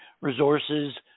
resources